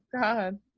God